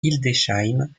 hildesheim